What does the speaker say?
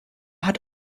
hat